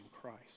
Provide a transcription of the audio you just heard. Christ